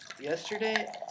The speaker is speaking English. Yesterday